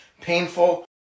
painful